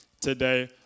today